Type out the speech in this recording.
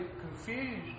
confused